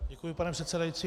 Děkuji, pane předsedající.